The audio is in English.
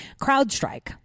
CrowdStrike